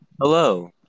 Hello